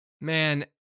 Man